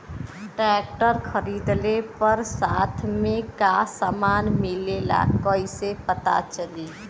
Tractor खरीदले पर साथ में का समान मिलेला कईसे पता चली?